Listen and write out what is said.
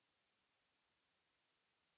Merci